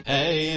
Hey